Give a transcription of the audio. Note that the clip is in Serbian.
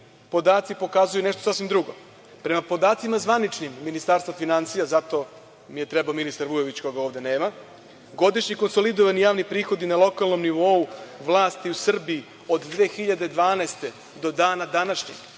podaci pokazuju nešto sasvim drugo. Prema zvaničnim podacima Ministarstva finansija, zato mi je trebao ministar Vujović koga ovde nema, godišnji konsolidovani javni prihodi na lokalnom nivou vlasti u Srbiji od 2012. godine do dana današnjeg